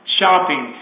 shopping